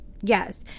yes